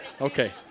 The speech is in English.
Okay